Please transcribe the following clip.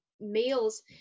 meals